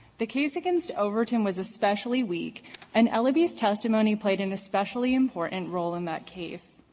the case against overton was especially weak and eleby's testimony played an especially important role in that case.